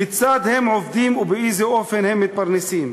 כיצד הם עובדים ובאיזה אופן הם מתפרנסים?